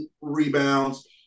rebounds